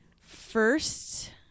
first